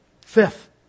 Fifth